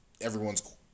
everyone's